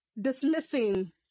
dismissing